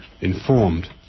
informed